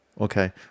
Okay